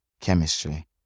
chemistry